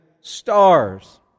stars